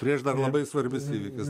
prieš dar labai svarbius įvykius